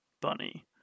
bunny